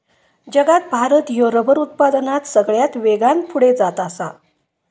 जगात भारत ह्यो रबर उत्पादनात सगळ्यात वेगान पुढे जात आसा